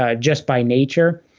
ah just by nature.